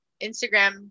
Instagram